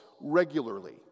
regularly